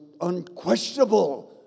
unquestionable